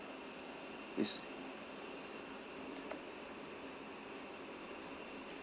yes